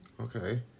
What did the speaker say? Okay